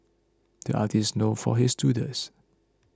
the artist is known for his doodles